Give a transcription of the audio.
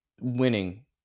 winning